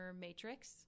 matrix